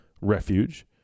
refuge